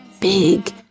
big